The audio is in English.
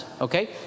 okay